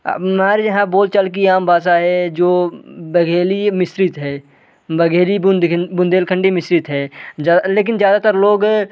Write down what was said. हमारी यहाँ बोलचाल की आम भाषा है जो बघेली मिश्रित है बघेली बुंदेलखंडी मिश्रित है लेकिन ज़्यादातर लोग